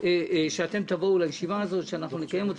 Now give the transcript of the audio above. שתבואו לישיבה הזאת שנקיים,